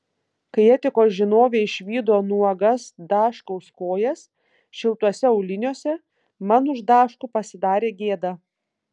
kai etikos žinovė išvydo nuogas daškaus kojas šiltuose auliniuose man už daškų pasidarė gėda